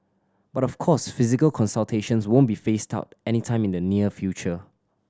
but of course physical consultations won't be phased out anytime in the near future